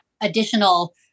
additional